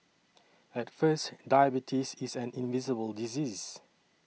at first diabetes is an invisible disease